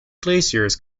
glaciers